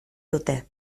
dute